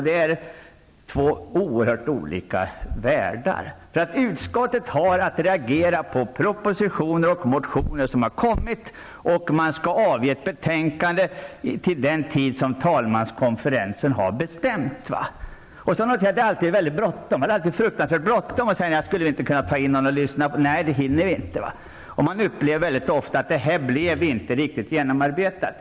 Det är två oerhört olika världar. Utskottet har att reagera på propositioner och motioner för att sedan avge ett betänkande till den tidpunkt som talmanskonferensen har bestämt. Notera att det är alltid fruktansvärt bråttom. Önskemål kommer om att få lyssna på utomstående, men svaret är alltid att utskottet inte hinner. Jag upplever ofta att ärendet inte har blivit riktigt genomarbetat.